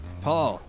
Paul